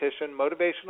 motivational